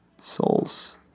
Souls